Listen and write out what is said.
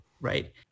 right